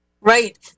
Right